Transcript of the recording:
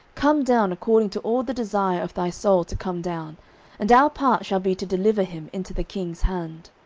come down according to all the desire of thy soul to come down and our part shall be to deliver him into the king's hand.